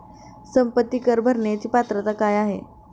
संपत्ती कर भरण्याची पात्रता काय आहे?